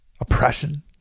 oppression